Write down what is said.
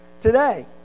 today